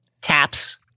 Taps